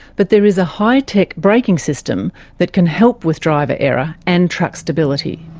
but there is a high-tech braking system that can help with driver error and truck stability.